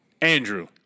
Andrew